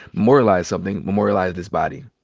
memorialize something, memorialize this body.